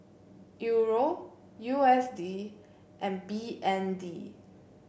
Euro U S D and B N D